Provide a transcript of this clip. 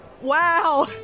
Wow